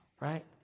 right